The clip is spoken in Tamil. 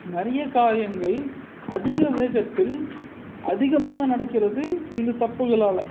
நிறைய காரியங்கள் அதிக வேகத்தில் அதிகமாக நடக்கிறது இந்த தப்புகளால்